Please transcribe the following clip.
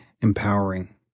empowering